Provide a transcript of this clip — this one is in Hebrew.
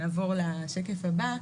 נעבור לשקף הבא.